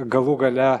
galų gale